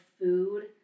food